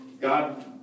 God